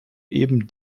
eben